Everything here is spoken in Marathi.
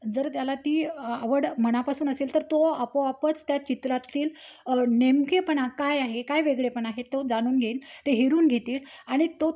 जर त्याला ती आवड मनापासून असेल तर तो आपोआपच त्या चित्रातील नेमकेपणा काय आहे काय वेगळेपण आहे तो जाणून घेईल ते हेरून घतील आणि तो